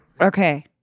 Okay